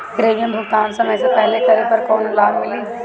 Premium भुगतान समय से पहिले करे पर कौनो लाभ मिली?